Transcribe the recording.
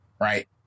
right